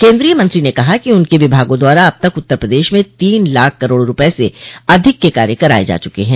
केन्द्रीय मंत्री ने कहा कि उनके विभागों द्वारा अब तक उत्तर प्रदेश में तीन लाख करोड़ रूपये से अधिक के कार्य कराये जा चुके हैं